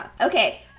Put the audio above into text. okay